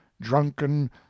drunken